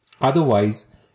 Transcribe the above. Otherwise